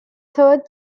third